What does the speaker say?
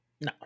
No